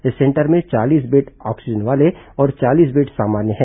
इस सेंटर में चालीस बेड ऑक्सीजन वाले और चालीस बेड सामान्य है